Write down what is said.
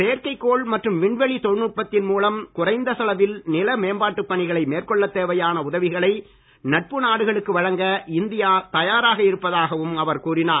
செயற்கைக்கோள் மற்றும் விண்வெளி தொழில்நுட்பத்தின் மூலம் குறைந்த செலவில் நில மேம்பாட்டு பணிகளை மேற்கொள்ளத் தேவையான உதவிகளை நட்பு நாடுகளுக்கு வழங்க இந்தியா தயாராக இருப்பதாகவும் அவர் கூறினார்